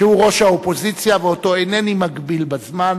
8803 ו-8804.